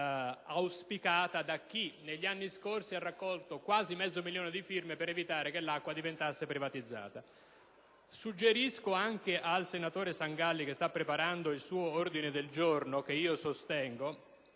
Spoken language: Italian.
auspicata da chi, negli anni scorsi, ha raccolto quasi mezzo milione di firme per evitare che l'acqua venisse privatizzata. Suggerisco al senatore Sangalli, che sta preparando il suo ordine del giorno, che sostengo,